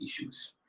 issues